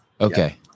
Okay